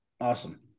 awesome